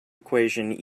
equation